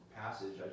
passage